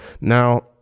now